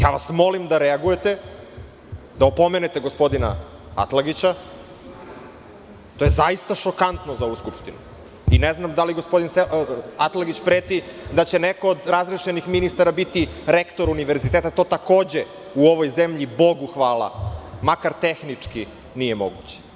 Ja vas molim da reagujete, da opomenete gospodina Atlagića, to je zaista šokantno za ovu Skupštinu i ne znam da li gospodin Atlagić preti da će neko od razrešenih ministara biti rektor univerziteta, to takođe u ovoj zemlji, bogu hvala, makar tehnički, nije moguće.